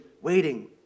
waiting